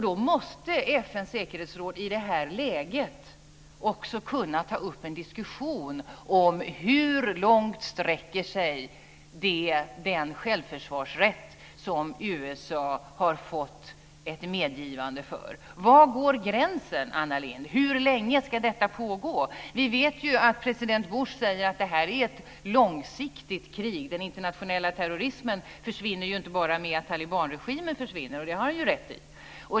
Då måste FN:s säkerhetsråd i det här läget kunna ta upp en diskussion om hur långt den självförsvarsrätt som USA har fått ett medgivande för sträcker sig. Var går gränsen, Anna Lindh? Hur länge ska detta pågå? Vi vet att president Bush säger att det här är ett långsiktigt krig. Den internationella terrorismen försvinner inte bara i och med att talibanregimen försvinner, och det har han rätt i.